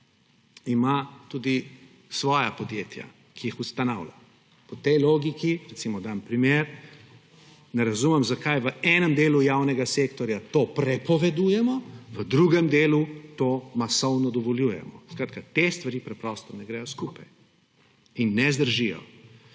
ima tudi svoja podjetja, ki jih ustanavlja. Po tej logiki, recimo, dam primer, ne razumem, zakaj v enem delu javnega sektorja to prepovedujemo, v drugem delu to masovno dovoljujemo. Skratka te stvari preprosto ne gredo skupaj in ne zdržijo.